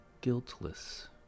Guiltless